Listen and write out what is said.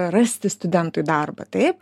rasti studentui darbą taip